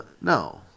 No